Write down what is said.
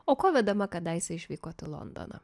o pavedama kadaise išvykote į londoną